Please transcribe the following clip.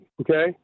okay